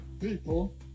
people